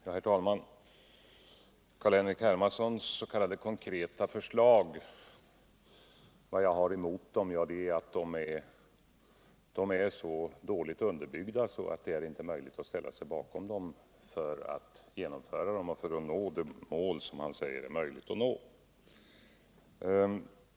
Herr talman! Carl-Henrik Hermansson frågade vad jag har emot hans s.k. konkreta förslag. De är så dåligt underbyggda att det inte är möjligt att ställa sig bakom dem, om man vill uppnå de mål som man säger det är möjligt att nå.